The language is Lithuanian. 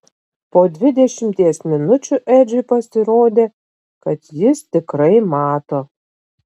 po dvidešimties minučių edžiui pasirodė kad jis tikrai mato